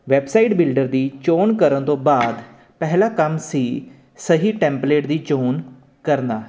website builder ਦੀ ਚੋਣ ਕਰਨ ਤੋਂ ਬਾਅਦ ਪਹਿਲਾ ਕੰਮ ਸੀ ਸਹੀ ਟੈਂਪਲੇਟ ਦੀ ਚੋਣ ਕਰਨਾ